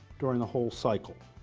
during the whole cycle.